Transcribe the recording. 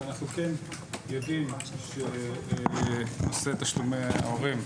אנחנו כן יודעים שבנושא תשלומי ההורים,